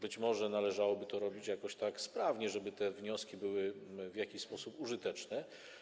Być może należałoby to robić sprawnie, żeby te wnioski były w jakiś sposób użyteczne.